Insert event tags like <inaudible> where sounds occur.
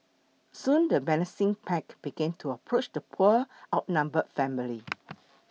soon the menacing pack began to approach the poor outnumbered family <noise>